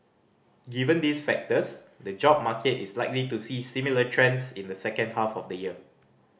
given these factors the job market is likely to see similar trends in the second half of the year